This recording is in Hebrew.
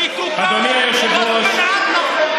אדוני השר, תרשום.